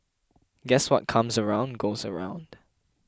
guess what comes around goes around